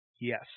yes